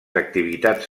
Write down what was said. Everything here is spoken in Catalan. activitats